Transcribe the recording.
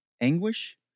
Anguish